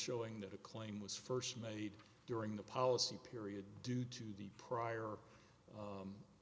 showing that a claim was first made during the policy period due to the prior